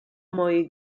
moi